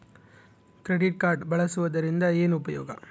Credit card ಬಳಸುವದರಿಂದ ಏನು ಉಪಯೋಗ?